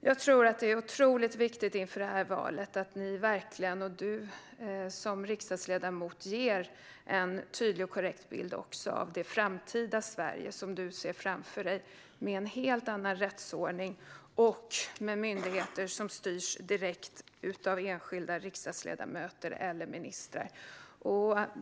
Inför det här valet är det otroligt viktigt att du som riksdagsledamot ger en tydlig och korrekt bild av det framtida Sverige som du ser framför dig med en helt annan rättsordning och med myndigheter som styrs direkt av enskilda riksdagsledamöter eller ministrar.